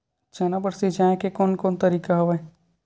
चना बर सिंचाई के कोन कोन तरीका हवय?